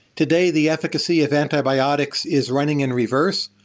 today, the efficacy of antibiotics is running in reverse.